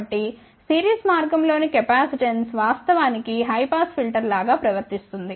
కాబట్టి సిరీస్ మార్గం లోని కెపాసిటెన్స్ వాస్తవానికి హై పాస్ ఫిల్టర్ లాగా ప్రవర్తిస్తుంది